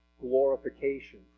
glorification